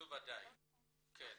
כן.